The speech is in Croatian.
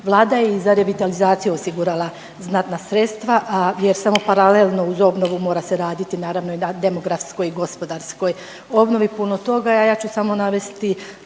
Vlada je i za revitalizaciju osigurala znatna sredstva jer samo paralelno uz obnovu mora se raditi naravno i na demografskoj i gospodarskoj obnovi. Puno toga